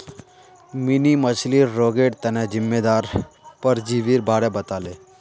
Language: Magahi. मिनी मछ्लीर रोगेर तना जिम्मेदार परजीवीर बारे बताले